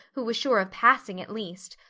who was sure of passing at least,